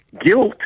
guilt